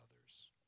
others